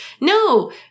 No